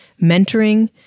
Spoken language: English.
mentoring